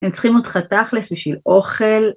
‫הם צריכים אותך תכל'ס בשביל אוכל.